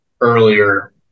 earlier